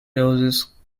roses